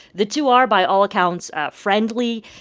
the two are, by all accounts, friendly.